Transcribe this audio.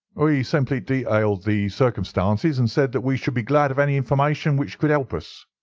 we simply detailed the circumstances, and said that we should be glad of any information which could help us.